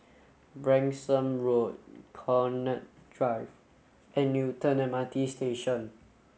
Branksome Road Connaught Drive and Newton M R T Station